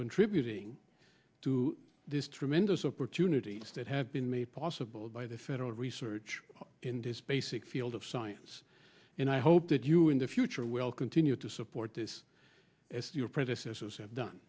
contributing to these tremendous opportunities that have been made possible by the federal research in this basic field of science and i hope that you in the future will continue to support this as your predecessors have done